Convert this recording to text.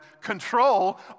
control